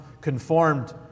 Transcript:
conformed